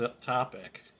topic